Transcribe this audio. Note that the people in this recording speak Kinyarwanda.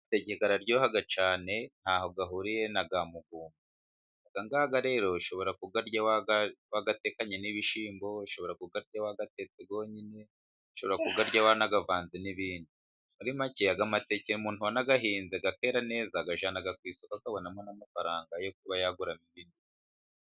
Amateke arararyoha cyane, ntaho ahuriye n'aya mugumba, aya ngaya rero ushobora kuyarya wayatekanye n'ibishyimbo, ushobora kuyarya wayatetse yonyine, ushobora kuyarya wanayavanze n'ibindi, muri make aya mateke umuntu wa nayahinze akera neza, ayajyana ku isoko akabonamo n'amafaranga, yo kuba yagura mo ibindi bintu.